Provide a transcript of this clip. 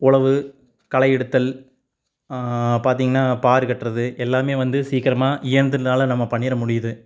உழவு களை எடுத்தல் பார்த்தீங்கனா பார் கட்டுவது எல்லாமே வந்து சீக்கிரமாக இயந்திரத்தினால நம்ம பண்ணுற முடியுது